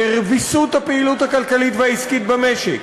ויסות הפעילות הכלכלית והעסקית במשק,